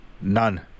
None